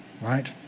right